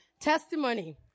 Testimony